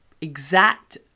exact